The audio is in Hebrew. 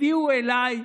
הביאו אליי,